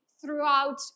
throughout